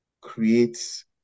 creates